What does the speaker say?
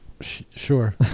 sure